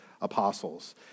apostles